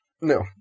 No